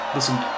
Listen